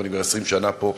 ואני כבר 20 שנה פה.